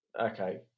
okay